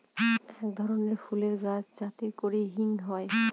এক ধরনের ফুলের গাছ যাতে করে হিং হয়